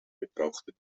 betrachtet